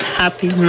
happy